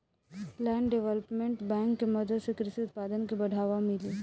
land development bank के मदद से कृषि उत्पादन के बढ़ावा मिली